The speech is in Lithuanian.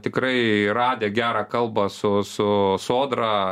tikrai radę gerą kalbą su su sodra